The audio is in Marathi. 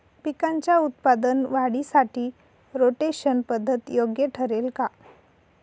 पिकाच्या उत्पादन वाढीसाठी रोटेशन पद्धत योग्य ठरेल का?